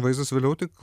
vaizdas vėliau tik